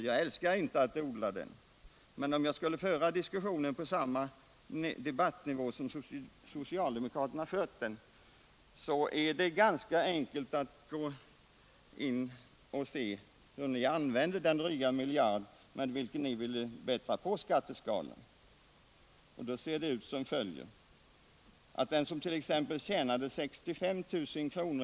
Jag älskar inte att odla den, men om jag skulle föra diskussionen på samma debattnivå som socialdemokraterna har fört den vore det ganska enkelt att gå in och se hur ni använder den dryga miljard med vilken ni vill bättra på skatteskalorna. Det ser ut som följer: Den som t.ex. tjänar 65 000 kr.